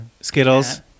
Skittles